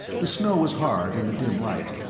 the snow was hard, in the dim light,